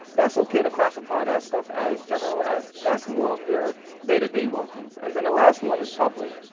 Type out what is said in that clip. that's okay to classify that stuff as general as that's more of your day-to-day workings. and then the last one is public.